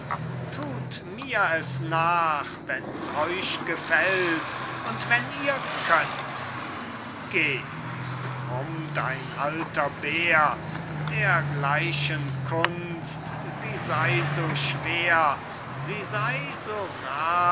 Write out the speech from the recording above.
tut mir es nach wenns euch gefällt und wenn ihr könnt geh brummt ein alter bär dergleichen kunst sie sei so schwer sie sei so